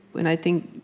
and i think,